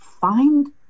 find